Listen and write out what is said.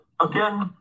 Again